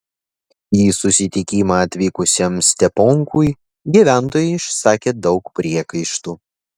į susitikimą atvykusiam steponkui gyventojai išsakė daug priekaištų